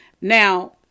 Now